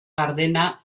gardena